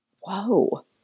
Whoa